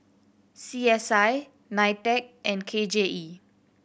C S I NITEC and K J E